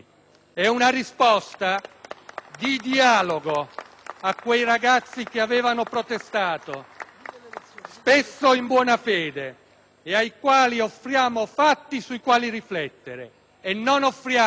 di dialogo a quei ragazzi che avevano protestato, spesso in buona fede, ai quali offriamo fatti sui quali riflettere e non benevolenza a buon mercato.